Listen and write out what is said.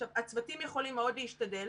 עכשיו, הצוותים יכולים מאוד להשתדל,